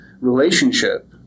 relationship